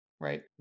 right